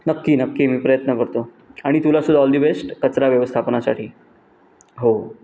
नक्की नक्की मी प्रयत्न करतो आणि तुला सुद्धा ऑल दि बेस्ट कचरा व्यवस्थापनासाठी हो